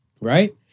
Right